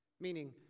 Meaning